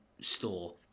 store